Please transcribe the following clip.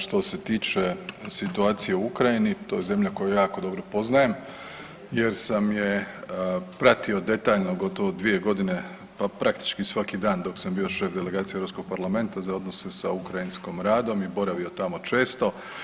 Što se tiče situacije u Ukrajini, to je zemlja koju jako dobro poznajem jer sam je pratio detaljno gotovo 2 godine praktički svaki dan dok sam bio šef delegacije EU parlamenta za odnose sa Ukrajinskom Radom i boravio tamo često.